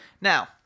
Now